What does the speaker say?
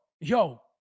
yo